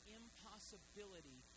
impossibility